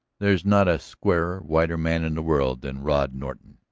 there's not a squarer, whiter man in the world than rod norton,